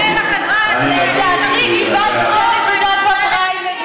חברת הכנסת פארן, תודה רבה, גברתי.